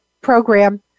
program